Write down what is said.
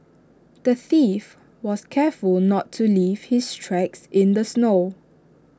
the thief was careful not to leave his tracks in the snow